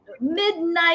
midnight